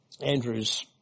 Andrew's